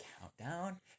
Countdown